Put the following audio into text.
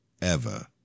Ever